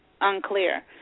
unclear